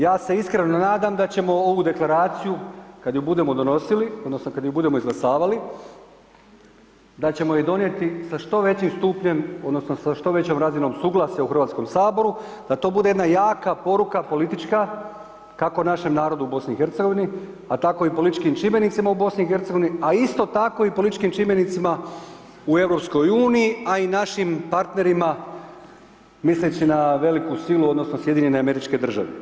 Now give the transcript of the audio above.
Ja se iskreno nadam da ćemo ovu Deklaraciju kad je budemo donosili odnosno kad je budemo izglasavali, da ćemo je donijeti sa što većim stupnjem odnosno sa što većom razinom suglasja u HS-u, da to bude jedna jaka poruka politička, kako našem narodu u BiH, a tako i političkim čimbenicima u BiH, a isto tako i političkim čimbenicima u EU, a i našim partnerima, misleći na veliku silu odnosno SAD.